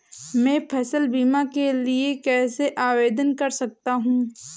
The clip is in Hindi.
मैं फसल बीमा के लिए कैसे आवेदन कर सकता हूँ?